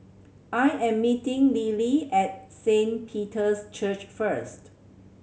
I am meeting Lillie at Saint Peter's Church first